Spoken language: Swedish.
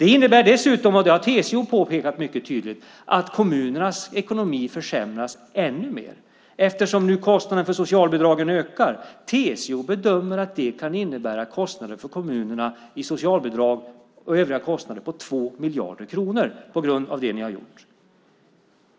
Det innebär dessutom - och det har TCO påpekat tydligt - att kommunernas ekonomi försämras ännu mer eftersom kostnaderna för socialbidragen ökar. TCO bedömer att detta kan innebära socialbidragskostnader och övriga kostnader för kommunerna på 2 miljarder kronor.